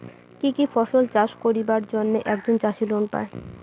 কি কি ফসল চাষ করিবার জন্যে একজন চাষী লোন পায়?